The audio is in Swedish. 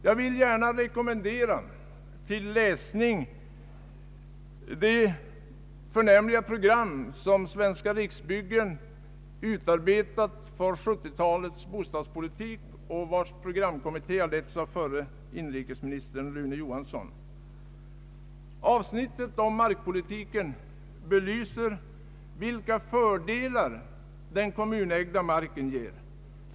Jag vill gärna rekommendera till läsning det förnämliga program som Svenska riksbyggen utarbetat för 1970-talets bostadspolitik. Programkommittén har letts av förre inrikesministern Rune Johansson. Avsnittet om markpolitiken belyser vilka fördelar den kommunägda marken ger.